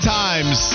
times